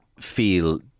feel